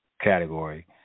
category